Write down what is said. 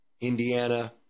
Indiana